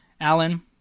Alan